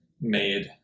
made